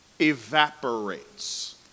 evaporates